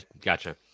gotcha